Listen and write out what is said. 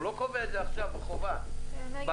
הוא לא קובע את זה עכשיו אלא בעתיד,